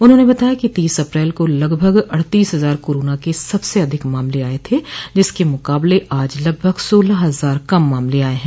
उन्होंने बताया कि तीस अप्रैल को लगभग अड़तीस हजार कोरोना के सबसे अधिक मामले आये थे जिसके मुकाबले आज लगभग सोलह हजार कम मामले आये हैं